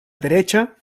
derecha